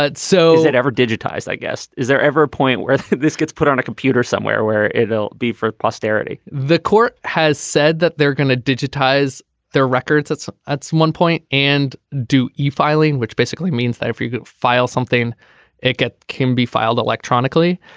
but so is it ever digitized i guess is there ever a point where this gets put on a computer somewhere where it will be for posterity the court has said that they're going to digitize their records that's that's one point. and do you filing which basically means that if you file something it can be filed electronically.